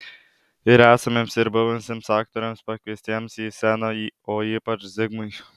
ir esamiems ir buvusiems aktoriams pakviestiems į sceną o ypač zigmui